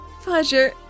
Pleasure